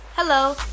Hello